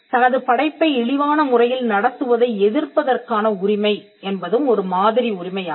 தனது படைப்பை இழிவான முறையில் நடத்துவதை எதிர்ப்பதற்கான உரிமை என்பதும் ஒரு மாதிரி உரிமையாகும்